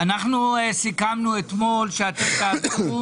סיכמנו אתמול שתעבירו